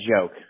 joke